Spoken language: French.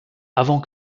avant